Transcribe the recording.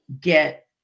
get